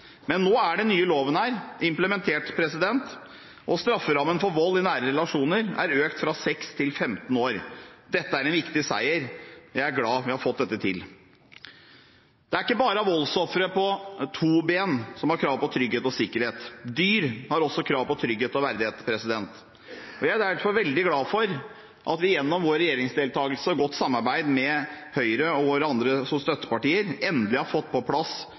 Men nå er den nye loven implementert, og strafferammen for vold i nære relasjoner er økt fra 6 til 15 år. Dette er en viktig seier, og jeg er glad for at vi har fått dette til. Det er ikke bare voldsofre på to ben som har krav på trygghet og sikkerhet. Dyr har også krav på trygghet og verdighet. Jeg er derfor veldig glad for at vi gjennom vår regjeringsdeltakelse med Høyre og gjennom godt samarbeid med våre støttepartier endelig har fått på plass